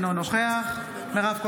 אינו נוכח מירב כהן,